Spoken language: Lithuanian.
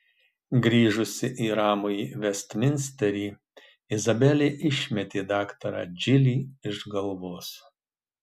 grįžusi į ramųjį vestminsterį izabelė išmetė daktarą džilį iš galvos